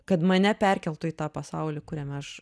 kad mane perkeltų į tą pasaulį kuriame aš